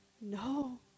No